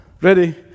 ready